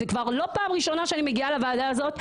זו לא פעם ראשונה שאני מגיעה לוועדה הזאת,